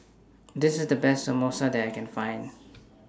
This IS The Best Samosa that I Can Find